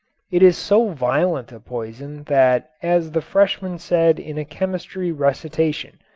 it is so violent a poison that, as the freshman said in a chemistry recitation,